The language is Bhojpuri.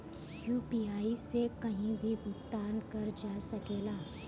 यू.पी.आई से कहीं भी भुगतान कर जा सकेला?